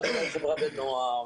גם מינהל חברה ונוער,